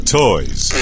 toys